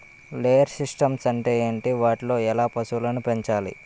Layer systems అంటే ఏంటి? వాటిలో ఎలా పశువులను పెంచాలి?